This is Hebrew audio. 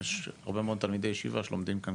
יש הרבה מאוד תלמידי ישיבה שלומדים כאן